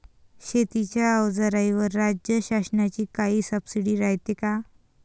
शेतीच्या अवजाराईवर राज्य शासनाची काई सबसीडी रायते का?